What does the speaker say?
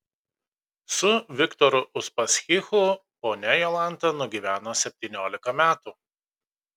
su viktoru uspaskichu ponia jolanta nugyveno septyniolika metų